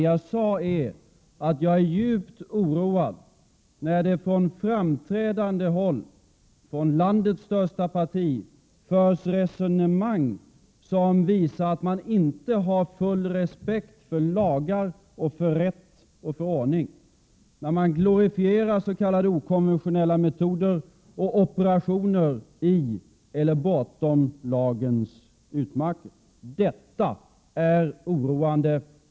Vad jag sade är att jag är djupt oroad över att det från framträdande håll inom landets största parti förs resonemang som visar att man inte har full respekt för lagar, rätt och ordning och där man glorifierar s.k. okonventionella metoder och operationer i eller bortom lagens utmarker. Detta är oroande.